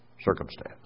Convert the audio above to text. circumstance